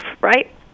Right